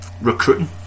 recruiting